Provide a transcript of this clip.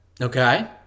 Okay